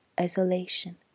isolation